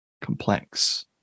complex